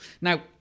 now